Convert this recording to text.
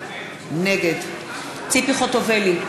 נגד ציפי חוטובלי,